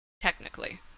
Technically